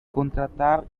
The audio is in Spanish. contratar